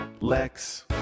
Lex